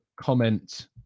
comment